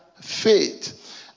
faith